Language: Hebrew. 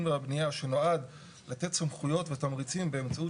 והבנייה שנועד לתת סמכויות ותמריצים באמצעות